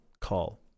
call